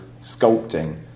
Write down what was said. sculpting